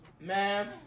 Ma'am